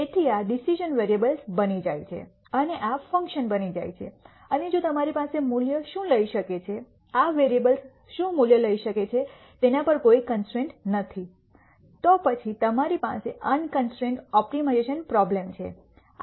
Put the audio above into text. તેથી આ decision variables બની જાય છે અને આ ફંક્શન બની જાય છે અને જો તમારી પાસે મૂલ્યો શું લઈ શકે છે આ વેરીએબલ્સ શું મૂલ્યો લઈ શકે છે તેના પર કોઈ કન્સ્ટ્રેન્ટ નથી તો પછી તમારી પાસે અનકન્સ્ટ્રેન્ટ ઓપ્ટિમાઇઝેશન પ્રોબ્લેમ છે